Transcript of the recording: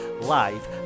live